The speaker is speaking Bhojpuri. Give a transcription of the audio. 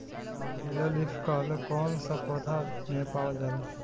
येलो लीफ कल कौन सा पौधा में पावल जाला?